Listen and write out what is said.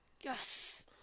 Yes